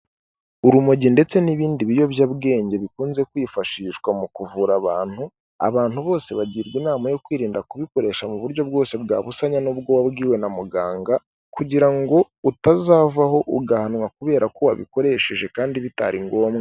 Urumogi ndetse n'ibindi biyobyabwenge bikunze kwifashishwa mu kuvura abantu, abantu bose bagirwa inama yo kwirinda kubikoresha mu buryo bwose bwa busanya n'ubwo wabwiwe na muganga, kugira utazavaho ugahanwa kubera ko wabikoresheje kandi bitari ngombwa.